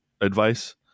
advice